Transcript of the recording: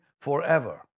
forever